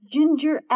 Ginger